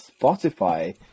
Spotify